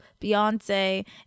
beyonce